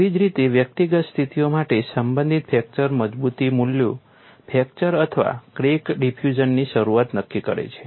તેવી જ રીતે વ્યક્તિગત સ્થિતિઓ માટે સંબંધિત ફ્રેક્ચર મજબૂતી મૂલ્યો ફ્રેક્ચર અથવા ક્રેક ડિફ્યુજનની શરૂઆત નક્કી કરે છે